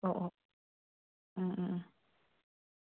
ꯑꯣ ꯑꯣ ꯎꯝ ꯎꯝ ꯎꯝ